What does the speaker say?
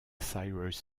cyrus